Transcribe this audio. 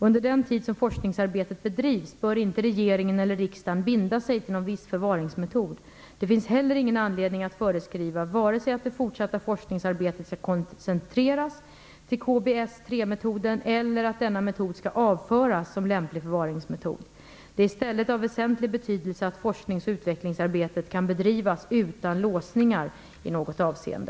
Under den tid som forskningsarbetet bedrivs bör inte regeringen eller riksdagen binda sig till någon viss förvaringsmetod. Det finns heller ingen anledning att föreskriva vare sig att det fortsatta forskningsarbetet skall koncentreras till KBS-3 metoden eller att denna metod skall avföras som lämplig förvaringsmetod. Det är i stället av väsentlig betydelse att forsknings och utvecklingsarbetet kan bedrivas utan låsningar i något avseende.